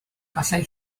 gallai